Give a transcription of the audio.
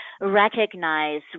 recognize